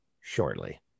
shortly